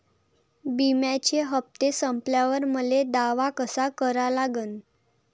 बिम्याचे हप्ते संपल्यावर मले दावा कसा करा लागन?